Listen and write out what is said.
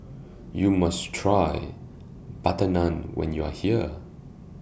YOU must Try Butter Naan when YOU Are here